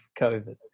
COVID